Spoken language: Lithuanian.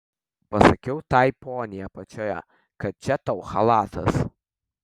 pasakiau tai poniai apačioje kad čia tau chalatas